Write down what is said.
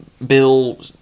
Bill